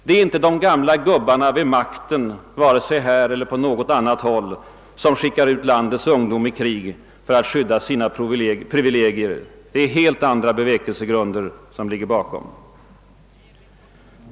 Det är inte de gamla »gubbarna» vid makten, vare sig här eller på något annat håll, som skickar ut lan dets ungdom i krig för att skydda sina privilegier; det ligger helt andra bevekelsegrunder bakom.